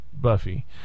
Buffy